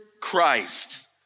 Christ